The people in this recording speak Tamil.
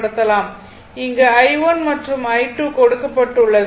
இங்கு i1 மற்றும் i2 கொடுக்கப்பட்டுள்ளது